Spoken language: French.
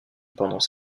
pendant